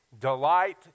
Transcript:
delight